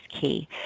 key